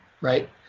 right